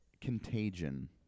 Contagion